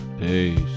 peace